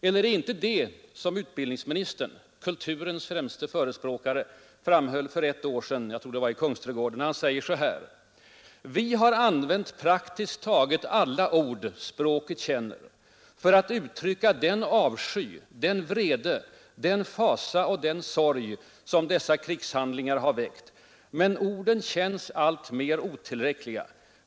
Eller är det inte måttlöshet när utbildningsministern, kulturens främste förespråkare, för ett år sedan — jag tror att det var i ”Vi har använt praktiskt taget alla ord språket känner för att uttrycka den avsky, den vrede, den fasa och den sorg som dessa krigshandlingar har väckt. Men orden känns alltmer otillräckliga.